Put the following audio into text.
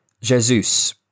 Jesus